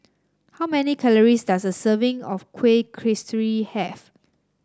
how many calories does a serving of Kuih Kasturi have